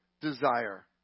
desire